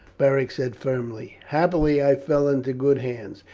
beric said firmly. happily i fell into good hands.